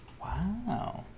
Wow